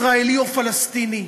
ישראלי או פלסטיני,